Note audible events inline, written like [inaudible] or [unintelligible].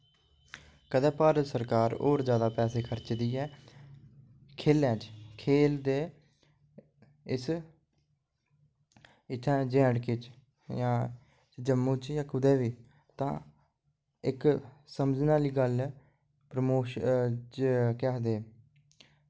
कदें भारत सरकार और जैदा पैसे खर्च दी ऐ खेलें च खेल दे इस इत्थें जे एंड के च जां जम्मू च जां कुदै वी तां इक समझने आह्ली गल्ल ऐ [unintelligible] केह् आक्खदे